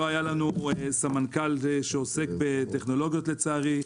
לא היה לנו סמנכ"ל שעוסק בטכנולוגיות, לצערי.